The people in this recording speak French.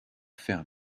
faire